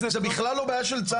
זו בכלל לא בעיה של צה"ל.